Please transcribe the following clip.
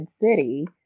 City